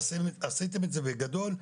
עשיתם את זה בגדול.